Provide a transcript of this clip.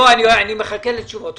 אני מחכה לתשובות.